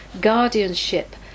guardianship